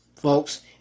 Folks